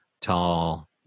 tall